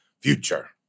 future